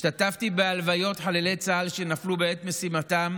השתתפתי בהלוויות חללי צה"ל שנפלו בעת משימתם